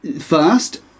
first